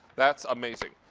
that is amazing.